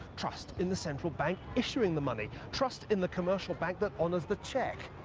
trust in the centrai bank issuing the money, trust in the commerciai bank that honours the cheque.